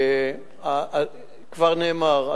כבר נאמר,